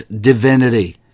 divinity